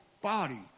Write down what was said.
body